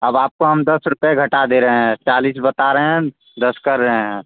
अब आपको हम दस रुपए घटा दे रहे हैं चालीस बता रहे हैं दस कर रहे हैं